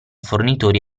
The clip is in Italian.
fornitori